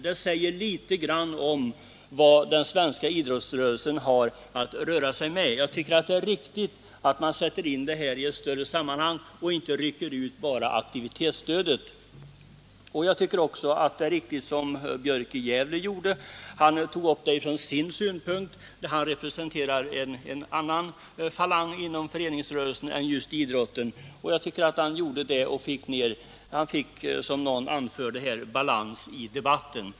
Det säger litet om vad den svenska idrottsrörelsen har att röra sig med. Jag tycker att det är riktigt att sätta in aktivitetsstödet i ett större sammanhang och inte rycka ut det för sig. Jag tycker också att det är riktigt att göra som herr Björk i Gävle gjorde. Han representerar en annan falang inom föreningsrörelsen än just idrotten, och han tog upp saken från sin synpunkt. Därmed tycker jag att det skapades, som någon sade, balans i debatten.